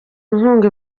inkunga